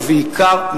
ובעיקר,